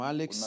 Alex